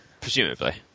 Presumably